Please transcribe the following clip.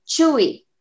Chewy